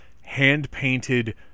hand-painted